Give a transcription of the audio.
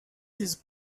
his